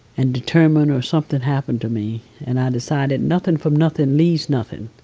and determined, or something happened to me. and i decided nothing from nothin leaves nothin.